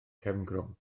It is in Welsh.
cefngrwm